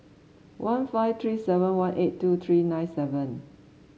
one five three seven one eight two three nine seven